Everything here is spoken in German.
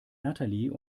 natalie